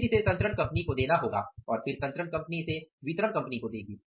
फिर इसे संचरण कंपनी को देना होगा और फिर संचरण कंपनी इसे वितरण कंपनी को देगी